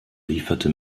lieferte